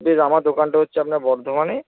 বেশ আমার দোকানটা হচ্ছে আপনার বর্ধমানে